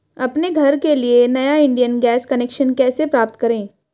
अपने घर के लिए नया इंडियन गैस कनेक्शन कैसे प्राप्त करें?